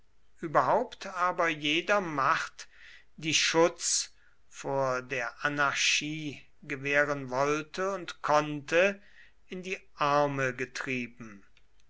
überhaupt aber jeder macht die schutz vor der anarchie gewähren wollte und konnte in die arme getrieben